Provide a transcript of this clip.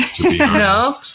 No